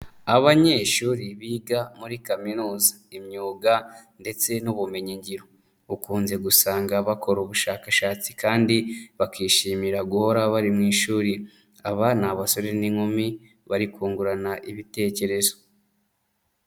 Abanyeshuri biga muri kaminuza, imyuga ndetse n'ubumenyingiro ukunze gusanga bakora ubushakashatsi kandi bakishimira guhora bari mu ishuri, aba ni abasore n'inkumi bari kungurana ibitekerezo.